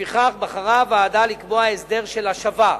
לפיכך בחרה הוועדה לקבוע הסדר של השבה,